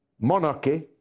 monarchy